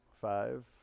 five